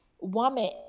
woman